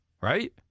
right